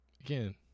again